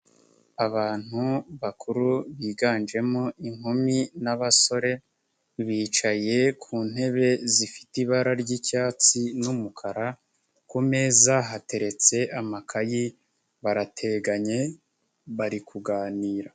Abantu bakuru biganjemo inkumi n'abasore bicaye ku ntebe zifite ibara ry'icyatsi n'umukara kumeza hateretse amakayi barateganye bari kuganira.